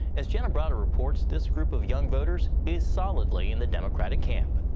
as jenna browder reports, this group of young voters is solidly in the democratic camp.